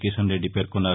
కిషన్రెడ్డి పేర్కొన్నారు